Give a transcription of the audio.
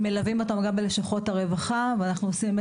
אנחנו מלווים אותם גם בלשכות הרווחה ועושים את